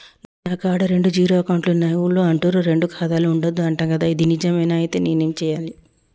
నా కాడా రెండు జీరో అకౌంట్లున్నాయి ఊళ్ళో అంటుర్రు రెండు ఖాతాలు ఉండద్దు అంట గదా ఇది నిజమేనా? ఐతే నేనేం చేయాలే?